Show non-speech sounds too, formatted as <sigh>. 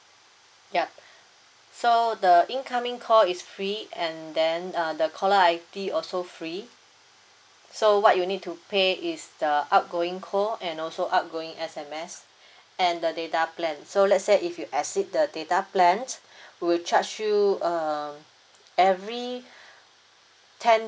yup so the incoming call is free and then uh the caller I_D also free so what you need to pay is the outgoing call and also outgoing S_M_S and the data plan so let's say if you exceed the data plan <breath> we'll charge you uh every ten